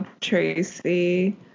Tracy